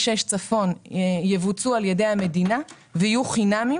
6 צפון יבוצעו על ידי המדינה ויהיו חינמיים,